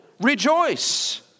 rejoice